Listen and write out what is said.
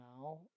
now